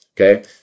okay